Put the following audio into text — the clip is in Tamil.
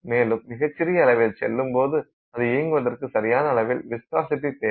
மேலும் மிகச் சிறிய அளவில் செல்லும் போது அது இயங்குவதற்கு சரியான அளவீட்டில் விஸ்காசிட்டி தேவை